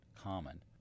common